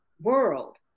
world